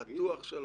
בטוח שלא?